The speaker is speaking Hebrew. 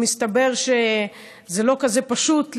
כי מסתבר שזה לא כזה פשוט לשלוח,